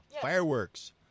fireworks